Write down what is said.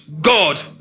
God